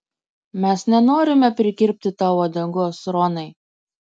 mes nenorime prikirpti tau uodegos ronai